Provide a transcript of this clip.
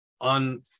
on